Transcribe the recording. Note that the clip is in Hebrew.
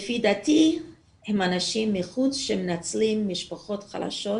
לפי דעתי אלה אנשים מבחוץ שמנצלים משפחות חלשות